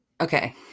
Okay